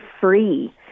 free